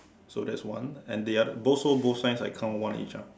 so that's one and the other both so both signs I count one each ah